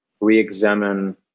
re-examine